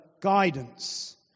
guidance